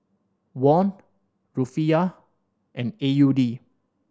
Won Rufiyaa and A U D